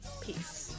Peace